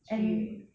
去